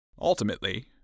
Ultimately